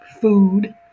food